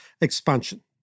expansion